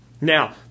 Now